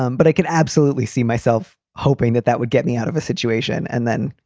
um but i can absolutely see myself hoping that that would get me out of a situation. and then,